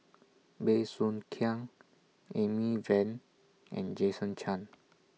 Bey Soo Khiang Amy Van and Jason Chan